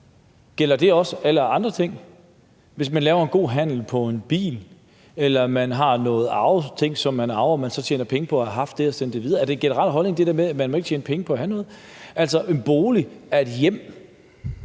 Gælder det også alle andre ting, f.eks. hvis man laver en god handel på en bil, eller man har nogle ting, som man arver, og man så tjener penge på at have haft det og sender det videre? Er det der med, at man ikke må tjene penge på at have noget, en generel